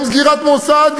גם סגירת מוסד,